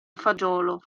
fagiolo